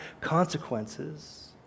consequences